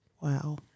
Wow